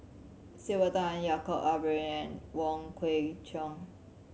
Sylvia Tan Yaacob Ibrahim and Wong Kwei Cheong